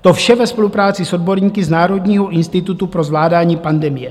To vše ve spolupráci s odborníky z Národního institutu pro zvládání pandemie.